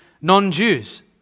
non-Jews